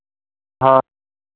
हाँ